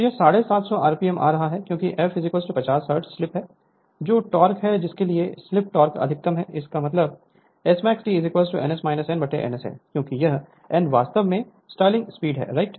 तो यह 750 आरपीएम आ रहा है क्योंकि f 50 हर्ट्ज स्लिप है जो टॉर्क है जिसके लिए स्लिप टॉर्क अधिकतम है इसलिए Smax T n S n n S है क्योंकि यह n वास्तव में स्टेलिंग स्पीड है राइट